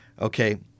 Okay